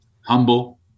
Humble